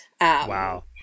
Wow